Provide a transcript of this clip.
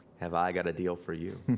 have i got a deal for you!